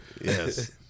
Yes